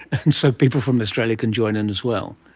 and so people from australia can join in as well?